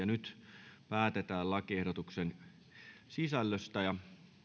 nyt päätetään lakiehdotuksen sisällöstä